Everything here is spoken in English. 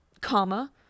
comma